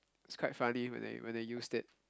it's quite funny when they when they use it